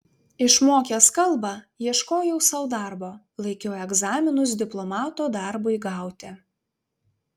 išmokęs kalbą ieškojau sau darbo laikiau egzaminus diplomato darbui gauti